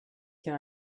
can